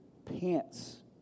Pants